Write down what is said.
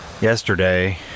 Yesterday